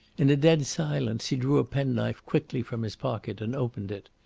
in a dead silence he drew a pen-knife quickly from his pocket and opened it.